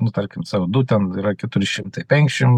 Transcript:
nu tarkim c o du ten yra keturi šimtai penkiasdešim